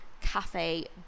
cafe